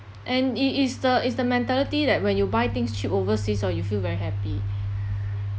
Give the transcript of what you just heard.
and it is the is the mentality that when you buy things cheap overseas so you feel very happy